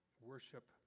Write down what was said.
worship